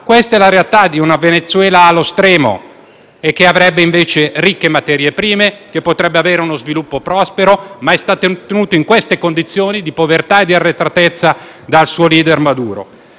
Questa è la realtà di un Venezuela allo stremo, un Paese che sarebbe invece ricca di materie prime e potrebbe avere uno sviluppo prospero, ma che è stato tenuto in condizioni di povertà e di arretratezza dal suo *leader*, Maduro.